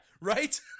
right